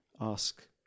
ask